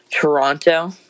Toronto